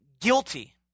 guilty